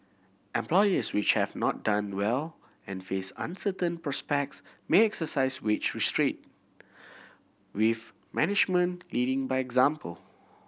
employers which have not done well and face uncertain prospects may exercise wage restraint with management leading by example